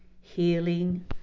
healing